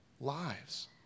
lives